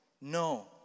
No